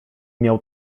miał